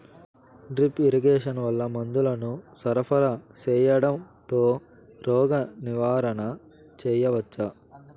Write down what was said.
Drip irrigation వల్ల మందులను సరఫరా సేయడం తో రోగ నివారణ చేయవచ్చా?